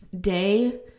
day